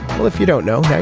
well if you don't know. yeah